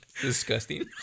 Disgusting